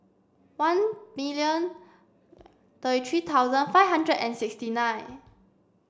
ten million thirty three thousand five hundred and sixty nine